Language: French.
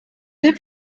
deux